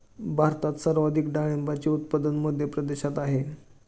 भारतात सर्वाधिक डाळींचे उत्पादन मध्य प्रदेशात आहेत